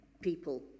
people